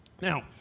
Now